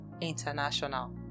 International